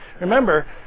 remember